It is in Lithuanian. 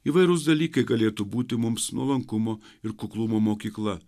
įvairūs dalykai galėtų būti mums nuolankumo ir kuklumo mokykla